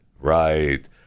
right